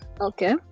Okay